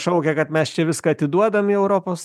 šaukia kad mes čia viską atiduodam į europos